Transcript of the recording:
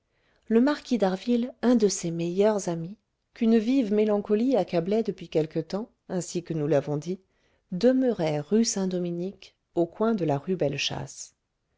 le marquis d'harville un de ses meilleurs amis qu'une vive mélancolie accablait depuis quelques temps ainsi que nous l'avons dit demeurait rue saint-dominique au coin de la rue belle chasse